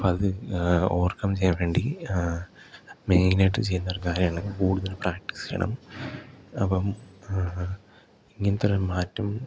അപ്പം അത് ഓവർക്കം ചെയ്യാൻ വേണ്ടി മെയിനായിട്ട് ചെയ്യുന്നൊരു കാര്യമാണ് കൂടുതലും പ്രാക്ടീസ് ചെയ്യണം അപ്പം ഇങ്ങനത്തൊരു മാറ്റം